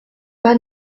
pas